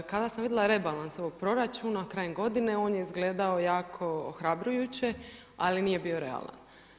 Kada sam vidjela rebalans ovog proračuna krajem godine, on je izgledao jako ohrabrujuće ali nije bio realan.